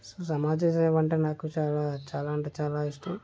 so సమాజ సేవ అంటే నాకు చాలా చాలా అంటే చాలా ఇష్టం